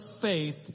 faith